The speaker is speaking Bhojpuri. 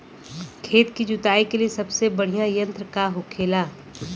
खेत की जुताई के लिए सबसे बढ़ियां यंत्र का होखेला?